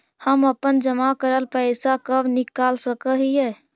हम अपन जमा करल पैसा कब निकाल सक हिय?